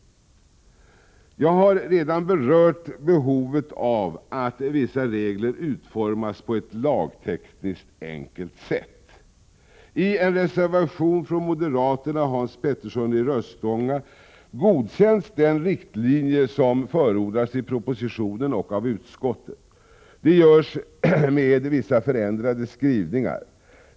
Jag har redan berört behovet av att vissa regler utformas på ett lagtekniskt enkelt sätt. I en reservation av moderaterna och Hans Petersson i Röstånga godkänns den riktlinje som förordas i propositionen och av utskottet; det görs med vissa förändrade skrivningar.